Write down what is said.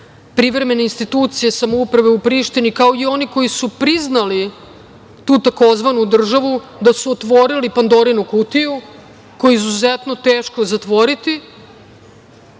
privremene institucije samouprave u Prištini, kao i oni koji su priznali tu tzv. državu, da su otvorili Pandorinu kutiju koju je izuzetno teško zatvoriti